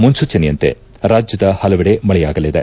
ಮುನ್ನೂಚನೆಯಂತೆ ರಾಜ್ಯದ ಹಲವೆಡೆ ಮಳೆಯಾಗಲಿದೆ